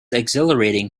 exhilarating